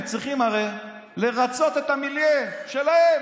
הם צריכים הרי לרצות את המיליה שלהם.